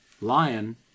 lion